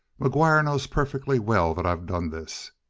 mcguire knows perfectly well that i've done this.